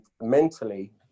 mentally